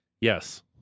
Yes